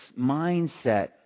mindset